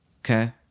okay